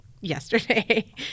yesterday